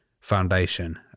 foundation